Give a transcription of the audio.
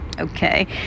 okay